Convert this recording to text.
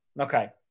Okay